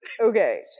Okay